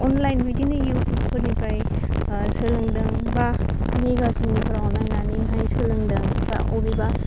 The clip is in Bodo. अनलाइन बिदिनो इउटुबफोरनिफ्राय सोलोंदों बा मेगाजिनफ्राव नायनानैहाय सोलोदों एबा अबेबा